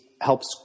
helps